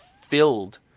filled